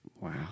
Wow